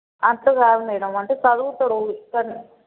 అట్ట కాదు మ్యాడమ్ అంటే చదువుతాడు కానీ